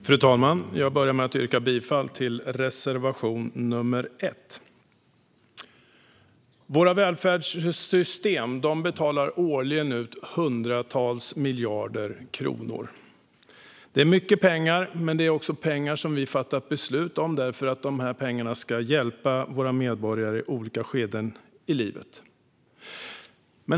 Fru talman! Jag yrkar bifall till reservation nr 1. I våra välfärdssystem betalas det årligen ut hundratals miljarder kronor. Det är mycket pengar, men det är pengar som vi har fattat beslut om för att de ska hjälpa våra medborgare i olika skeden i livet.